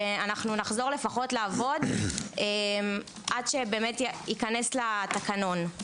שנחזור לעבוד לפחות עד שייכנס לתקנות.